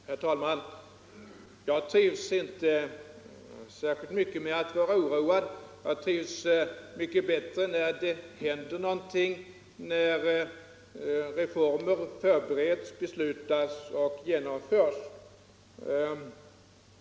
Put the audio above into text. Nr 138 Herr talman! Jag trivs inte särskilt bra med att vara oroad. Jag trivs Måndagen den mycket bättre när det händer någonting, när reformer förbereds, beslutas 9 december 1974 och genomförs.